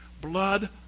blood